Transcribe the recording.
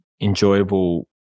enjoyable